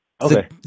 Okay